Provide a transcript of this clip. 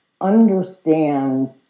understands